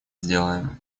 сделаем